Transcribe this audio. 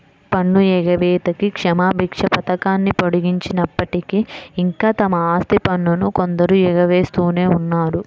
పన్ను ఎగవేతకి క్షమాభిక్ష పథకాన్ని పొడిగించినప్పటికీ, ఇంకా తమ ఆస్తి పన్నును కొందరు ఎగవేస్తూనే ఉన్నారు